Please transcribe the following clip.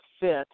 fit